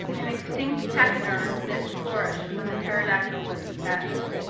an extinct pachyderm that flourished when the pterodactyl was in fashion.